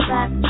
Back